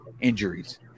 injuries